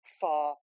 far